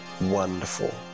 Wonderful